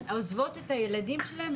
עוזבות את הילדים שלהם,